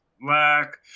Black